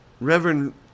Reverend